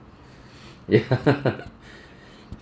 ya